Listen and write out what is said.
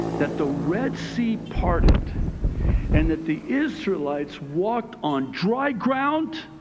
that the red sea parted and that the israelites walked on dry ground,